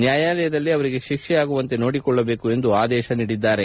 ನ್ಯಾಯಾಲಯದಲ್ಲಿ ಅವರಿಗೆ ಶಿಕ್ಷೆಯಾಗುವಂತೆ ನೋಡಿಕೊಳ್ಳಬೇಕು ಎಂದು ಆದೇಶಿಸಿದ್ದಾರೆ